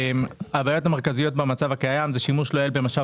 הבעיות המרכזיות במצב הקיים הן שימוש לא יעיל במשאב